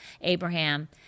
Abraham